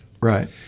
Right